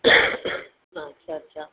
अच्छा अच्छा